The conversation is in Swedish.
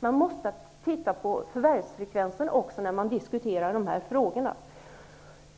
Man måste när man diskuterar dessa frågor också se på förvärvsfrekvensen.